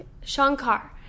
Shankar